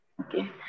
Okay